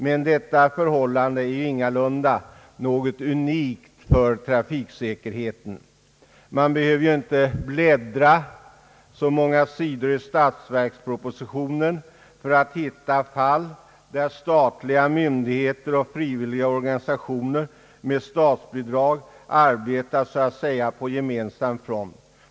Men detta förhållande är ingalunda något unikt för trafiksäkerheten. Man behöver inte bläddra många sidor i statsverkspropositionen för att hitta fall där statliga myndigheter och frivilliga organisationer med statsbidrag arbetar så att säga på gemensam front.